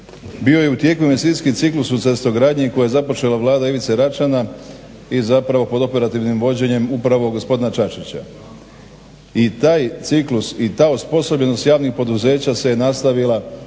Bio je u tijeku investicijski ciklus u cestogradnji koji je započela Vlada Ivice Račana i zapravo pod operativnim vođenjem upravo gospodina Čačića. I taj ciklus i ta osposobljenost javnih poduzeća se je nastavila